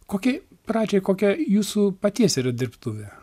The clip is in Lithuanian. kokia pradžiai kokia jūsų paties yra dirbtuvė